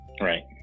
Right